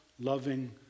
loving